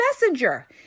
Messenger